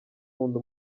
nkunda